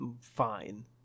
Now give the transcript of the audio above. fine